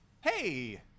Hey